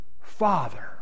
Father